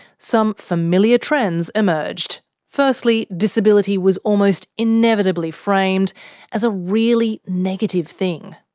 some familiar trends emerged firstly, disability was almost inevitably framed as a really negative thing.